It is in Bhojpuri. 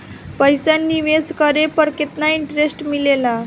पईसा निवेश करे पर केतना इंटरेस्ट मिलेला?